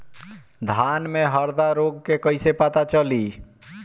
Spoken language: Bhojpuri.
धान में हरदा रोग के कैसे पता चली?